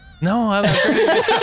No